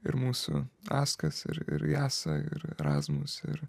ir mūsų askas ir ir jesa ir ir erazmus ir